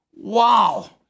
wow